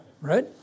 right